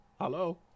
Hello